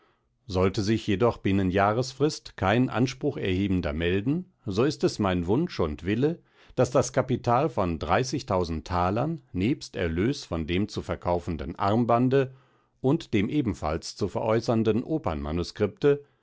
sollte sich jedoch binnen jahresfrist kein ansprucherhebender melden so ist es mein wunsch und wille daß das kapital von dreißigtausend thalern nebst erlös von dem zu verkaufenden armbande und dem ebenfalls zu veräußernden opernmanuskripte